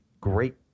great